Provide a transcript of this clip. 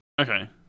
Okay